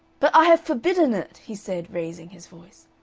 but i have forbidden it! he said, raising his voice.